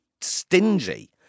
stingy